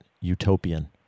utopian